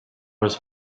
was